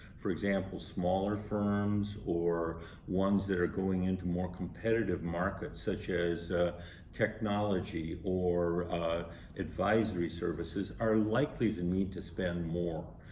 for example, smaller firms, or ones that are going into more competitive markets, such as technology or advisory services, are likely to need to spend more.